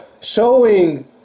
showing